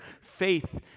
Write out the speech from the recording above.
faith